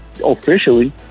Officially